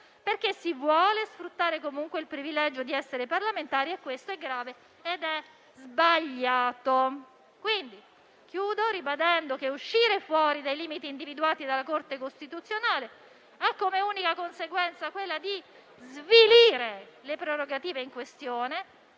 perché si vuole comunque sfruttare il privilegio di essere parlamentari e ciò è grave e sbagliato. Concludo ribadendo che uscire fuori dai limiti individuati dalla Corte costituzionale ha come unica conseguenza svilire le prerogative in questione,